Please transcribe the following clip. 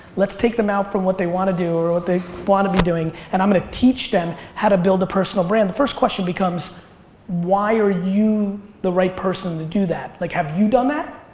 let's take them out from what they wanna do or what they wanna be doing and i'm gonna teach them how to build a personal brand. the first question becomes why are you the right person to do that? like, have you done that?